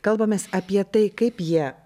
kalbamės apie tai kaip jie